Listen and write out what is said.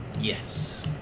Yes